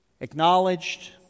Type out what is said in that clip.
acknowledged